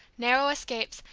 narrow escapes,